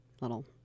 little